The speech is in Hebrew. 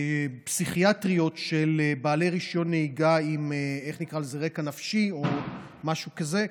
של בעלי רישיון נהיגה עם רקע נפשי, או משהו כזה.